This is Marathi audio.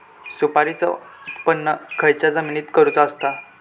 सुपारीचा उत्त्पन खयच्या जमिनीत करूचा असता?